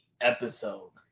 episode